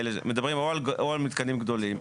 מדברים או על מתקנים גדולים.